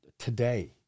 Today